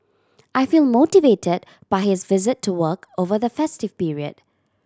I feel motivated by his visit to work over the festive period